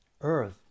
Earth